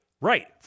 Right